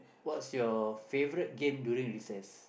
what's your favourite game during recess